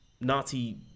Nazi